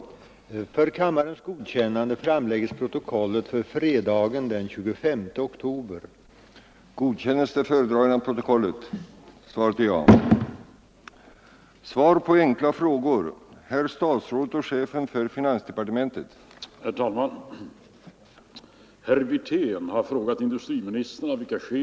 Hur stämmer uppgifterna om att statsministern besökte Portugal som ordförande i SAP med av statsministern samtidigt gjorda uttalanden, vilka uppfattats som innebärande utfästelser om kommande svenska statliga bidrag till valrörelsen i Portugal? Är statsrådet beredd medverka till att planerade nedläggningar av eller inte kommer till stånd?